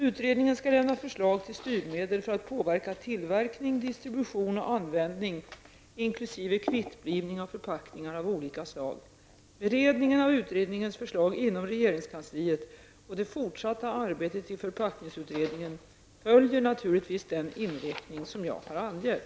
Utredningen skall lämna förslag till styrmedel för att påverka tillverkning, distribution och användning, inkl. Beredningen av utredningens förslag inom regeringskansliet och det fortsatta arbetet i förpackningsutredningen följer naturligtvis den inriktning som jag har angett.